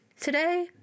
Today